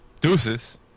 Deuces